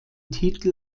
titel